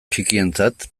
txikientzat